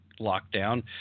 lockdown